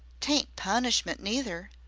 tain't punishment neither.